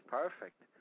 perfect